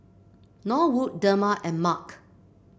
Norwood Dema and Mark